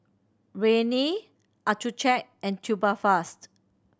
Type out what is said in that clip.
Rene Accucheck and Tubifast